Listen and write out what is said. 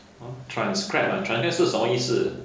!huh! transcribe ah transcribe 是什么意思